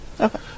Okay